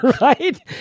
Right